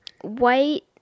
white